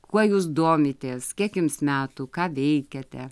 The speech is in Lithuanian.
kuo jūs domitės kiek jums metų ką veikiate